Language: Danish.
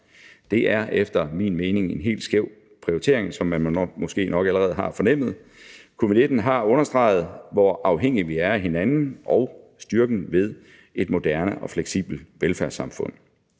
Det er efter min mening en helt skæv prioritering, hvilket man måske nok allerede har fornemmet. Covid-19 har understreget, hvor afhængige vi er af hinanden, og styrken ved et moderne og fleksibelt velfærdssamfund.